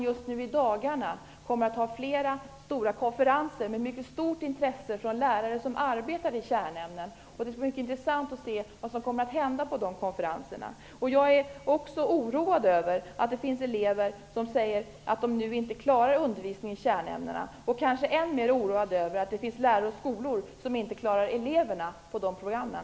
Just i dagarna kommer man att ha flera stora konferenser som röner stort intresse från lärare som arbetar i kärnämnena. Det skall bli mycket intressant att se vad som händer på de konferenserna. Jag är också oroad över att det finns elever som säger att de nu inte klarar undervisningen i kärnämnena. Men än mer oroad är jag kanske över att det finns lärare och skolor som inte klarar av eleverna inom de programmen.